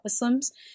Muslims